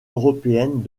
européennes